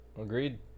Agreed